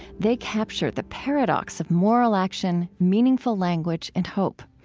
they capture the paradox of moral action, meaningful language, and hope.